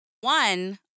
One